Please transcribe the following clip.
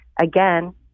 again